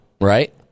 Right